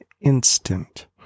instant